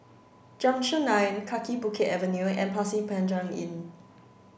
junction nine Kaki Bukit Avenue and Pasir Panjang Inn